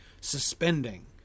suspending